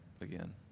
again